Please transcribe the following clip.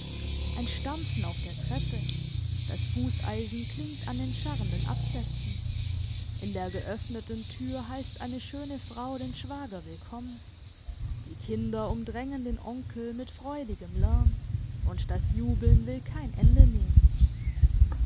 ein stampfen auf der treppe das fusseisen klingt an den scharrenden absätzen in der geöffneten tür heisst eine schöne frau den schwager willkommen die kinder umdrängen den onkel mit freudigem lärm und das jubeln will kein ende nehmen